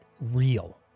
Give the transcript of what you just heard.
real